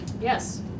Yes